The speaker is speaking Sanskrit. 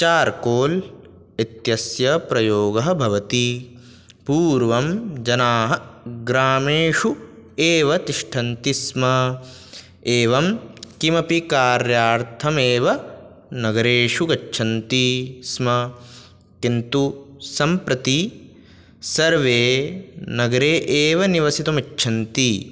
चार्कोल् इत्यस्य प्रयोगः भवति पूर्वं जनाः ग्रामेषु एव तिष्ठन्ति स्म एवं किमपि कार्यार्थमेव नगरेषु गच्छन्ति स्म किन्तु सम्प्रति सर्वे नगरे एव निवसितुमिच्छन्ति